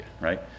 right